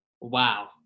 Wow